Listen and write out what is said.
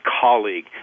colleague